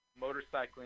motorcycling